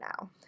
now